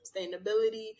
sustainability